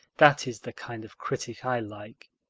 that is the kind of critic i like.